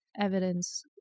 evidence